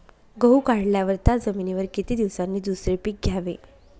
गहू काढल्यावर त्या जमिनीवर किती दिवसांनी दुसरे पीक घ्यावे?